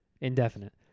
Indefinite